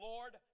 Lord